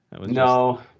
No